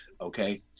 okay